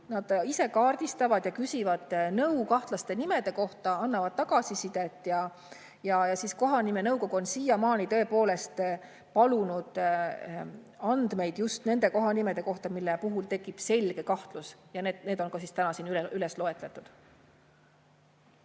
Nad ise kaardistavad ja küsivad nõu kahtlaste nimede kohta, annavad tagasisidet. Kohanimenõukogu on siiamaani tõepoolest palunud andmeid just nende kohanimede kohta, mille puhul tekib selge kahtlus, ja need on ka täna siin üles loetud.